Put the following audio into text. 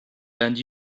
and